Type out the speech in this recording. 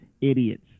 idiots